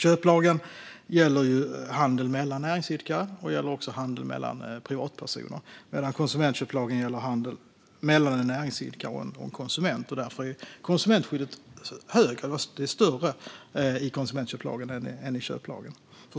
Köplagen gäller handel mellan näringsidkare och även handel mellan privatpersoner, medan konsumentköplagen gäller handel mellan en näringsidkare och en konsument. Skyddet för köparen är alltså förstås större i konsumentköplagen än i köplagen.